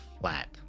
flat